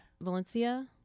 Valencia